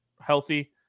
healthy